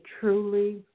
truly